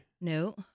No